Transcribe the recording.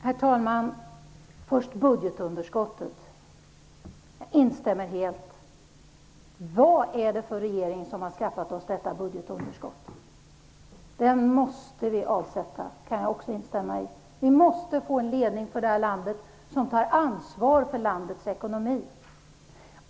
Herr talman! När det gäller budgetunderskottet instämmer jag helt i det Sigge Godin sade. Vad är det för regering som har skaffat oss detta budgetunderskott? Den måste vi avsätta. Det kan jag också instämma i. Vi måste få en ledning för detta land som tar ansvar för landets ekonomi.